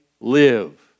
live